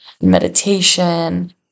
meditation